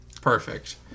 perfect